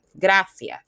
Gracias